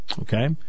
Okay